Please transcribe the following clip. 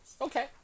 Okay